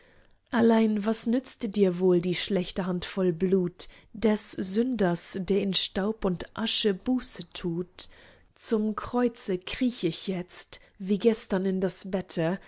allein was nützt dir wohl die schlechte hand voll blut des sünders der in staub und asche buße tut zum kreuze kriech ich jetzt wie gestern in das bette